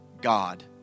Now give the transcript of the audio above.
God